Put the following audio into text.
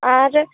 ᱟᱨ